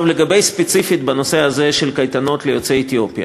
ספציפית לגבי הנושא הזה של קייטנות ליוצאי אתיופיה,